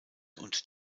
und